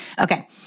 Okay